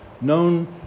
known